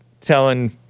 telling